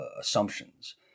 assumptions